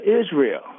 Israel